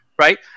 right